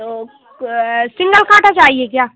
तो सिन्गल काँटा चाहिए क्या